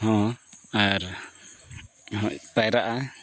ᱦᱮᱸ ᱟᱨ ᱯᱟᱭᱨᱟᱜᱼᱟ